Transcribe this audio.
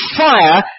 fire